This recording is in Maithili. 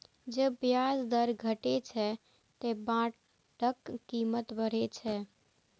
जब ब्याज दर घटै छै, ते बांडक कीमत बढ़ै छै